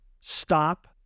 Stop